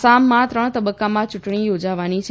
આસામમાં ત્રણ તબક્કામાં ચૂંટણી યોજાવાની છે